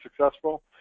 successful